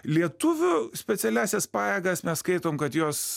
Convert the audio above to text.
lietuvių specialiąsias pajėgas mes skaitom kad jos